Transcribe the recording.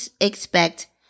expect